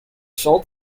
sold